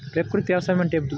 ప్రకృతి వ్యవసాయం అంటే ఏమిటి?